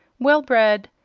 well-bred,